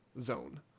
zone